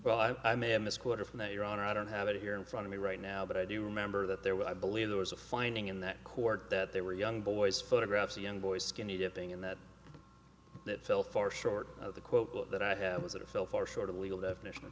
but i may have misquoted from that your honor i don't have it here in front of me right now but i do remember that there were i believe there was a finding in that court that there were young boys photographs of young boys skinny dipping in that that fell far short of the quote that i have is that it fell far short of a legal definition of